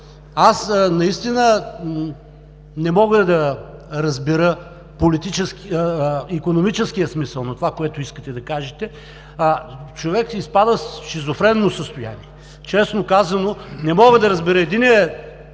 Настина не мога да разбера икономическия смисъл на това, което искате да кажете! Човек изпада в шизофренно състояние. Честно казано, не мога да разбера – единият